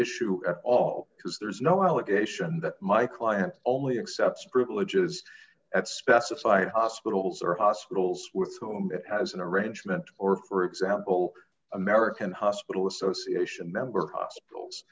issue at all because there's no allegation that my client only accepts privileges at specified hospitals or hospitals with whom it has an arrangement or for example american hospital association member hospitals